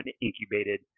incubated